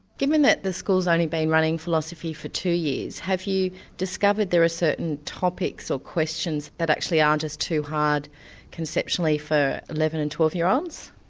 given that the school's only been running philosophy for two years, have you discovered there are certain topics or questions that actually are just too hard conceptionally for eleven and twelve year olds?